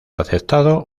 aceptado